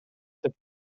деп